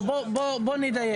בוא נדייק,